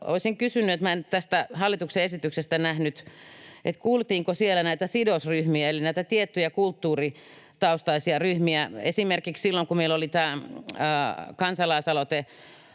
olisin kysynyt — minä en nyt tästä hallituksen esityksestä sitä nähnyt — että kuultiinko siellä näitä sidosryhmiä eli näitä tiettyjä kulttuuritaustaisia ryhmiä? Esimerkiksi silloin, kun meillä oli tämä kansalaisaloite